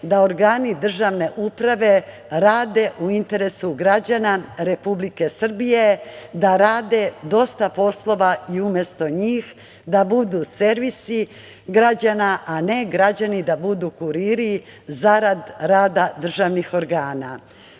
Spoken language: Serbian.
da organi državne uprave rade u interesu građana Republike Srbije, da rade dosta poslova umesto njih, da budu servisi građana, a ne građani da budu kuriri zarad rada državnih organa. Kada